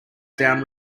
down